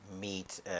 meet